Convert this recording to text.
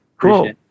Cool